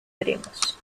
veremos